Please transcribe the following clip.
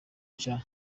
gihugu